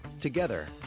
Together